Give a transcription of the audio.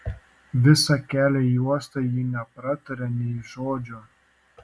visą kelią į uostą ji nepratarė nė žodžio